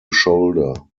shoulder